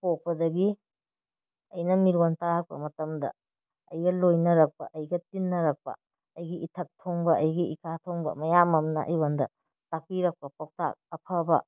ꯄꯣꯛꯄꯗꯒꯤ ꯑꯩꯅ ꯃꯤꯔꯣꯜ ꯇꯥꯔꯛꯄ ꯃꯇꯝꯗ ꯑꯩꯅ ꯂꯣꯏꯅꯔꯛꯄ ꯑꯩꯒ ꯇꯤꯟꯅꯔꯛꯄ ꯑꯩꯒꯤ ꯏꯊꯛ ꯊꯣꯡꯕ ꯑꯩꯒꯤ ꯏꯈꯥ ꯊꯣꯡꯕ ꯃꯌꯥꯝ ꯑꯃꯅ ꯑꯩꯉꯣꯟꯗ ꯇꯥꯛꯄꯤꯔꯛꯄ ꯄꯧꯇꯥꯛ ꯑꯐꯕ